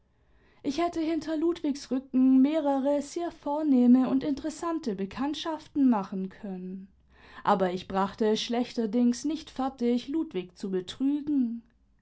ich hätte hinter ludwigs rücken mehrere sehr vornehme und interessante bekanntschaften machen können aber ich brachte es schlechterdings nicht fertig ludwig zu